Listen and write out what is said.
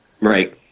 right